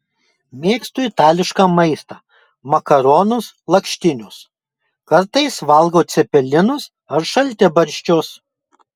mėgstu itališką maistą makaronus lakštinius kartais valgau cepelinus ar šaltibarščius